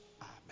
Amen